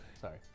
Sorry